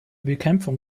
bekämpfung